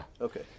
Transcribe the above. okay